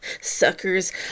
Suckers